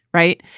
right.